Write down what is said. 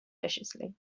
viciously